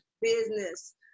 business